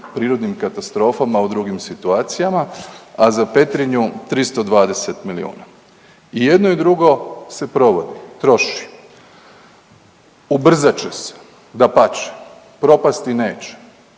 prirodnim katastrofama u drugim situacijama, a za Petrinju 320 milijuna i jedno i drugo se provodi, troši, ubrzat će se, dapače, propasti neće.